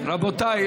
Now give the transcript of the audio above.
רבותיי,